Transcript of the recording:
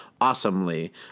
awesomely